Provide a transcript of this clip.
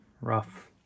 rough